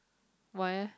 why eh